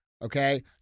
Okay